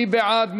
מי בעד?